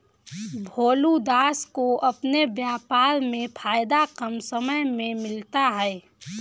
भोलू दास को अपने व्यापार में फायदा कम समय में मिलता है